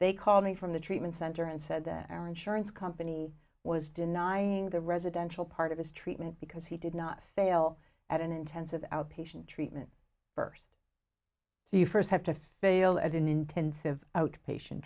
they called me from the treatment center and said that our insurance company was denying the residential part of his treatment because he did not fail at an intensive outpatient treatment first you first have to bail at an intensive outpatient